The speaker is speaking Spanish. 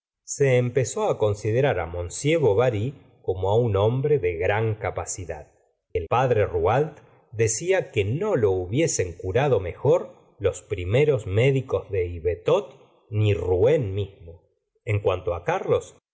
se empezó considerar á m bovary como á un hombre de gran capacidad el padre rouault decía que no lo hubiesen curado mejor los primeros mé dicos de ivetot ni rouen mismo en cuanto carlos